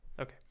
okay